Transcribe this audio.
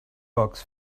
box